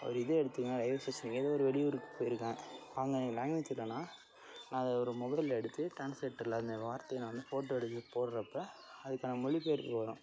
ஒரு இது எடுத்தீங்கனால் ரயில்வே ஸ்டேஷன் எதோ ஒரு வெளியூருக்கு போயிருக்கேன் அங்கே எனக்கு லேங்குவேஜ் தெரியலனா நான் அதை ஒரு மொபைலில் எடுத்து ட்ரான்ஸ்லேட்டரில் அந்த வார்த்தையை நான் ஃபோட்டோ எடுத்து போடுகிறப்ப அதுக்கான மொழிபெயர்ப்பு வரும்